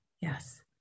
Yes